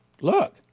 Look